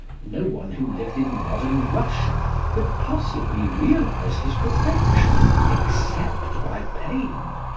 no one who lived in modern russia could possibly realise his perfection except by pain.